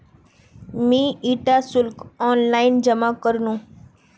मी इटा शुल्क ऑनलाइन जमा करनु